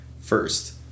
first